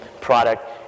product